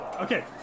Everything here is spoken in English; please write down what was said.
Okay